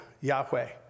Yahweh